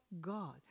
God